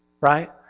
right